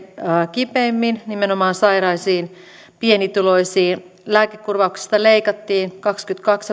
kipeimmin nimenomaan sairaisiin pienituloisiin lääkekorvauksista leikattiin kaksikymmentäkaksi